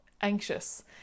anxious